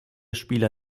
spiele